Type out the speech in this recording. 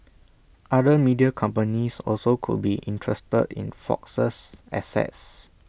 other media companies also could be interested in Fox's assets